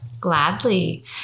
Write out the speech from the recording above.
Gladly